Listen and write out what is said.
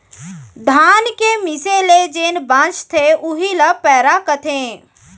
धान के मीसे ले जेन बॉंचथे उही ल पैरा कथें